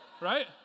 right